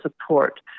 support